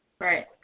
Right